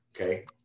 Okay